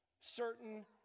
certain